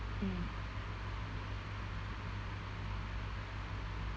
mm